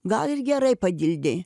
gal ir gerai padildei